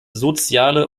soziale